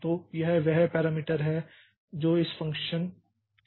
तो यह वह पैरामीटर है जो इस फ़ंक्शन को दिया गया है